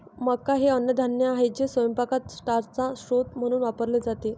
मका हे अन्नधान्य आहे जे स्वयंपाकात स्टार्चचा स्रोत म्हणून वापरले जाते